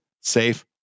safe